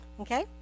okay